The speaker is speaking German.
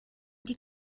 die